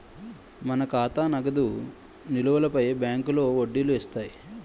మన ఖాతా నగదు నిలువులపై బ్యాంకులో వడ్డీలు ఇస్తాయి